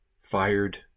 fired